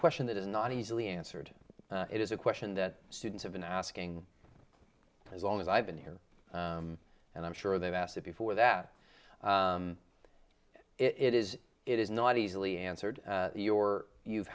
question that is not easily answered it is a question that students have been asking as long as i've been here and i'm sure they've asked it before that it is it is not easily answered your you've